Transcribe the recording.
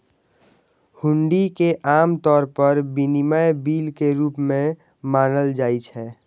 हुंडी कें आम तौर पर विनिमय बिल के रूप मे मानल जाइ छै